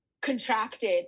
contracted